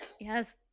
Yes